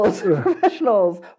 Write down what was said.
professionals